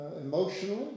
emotionally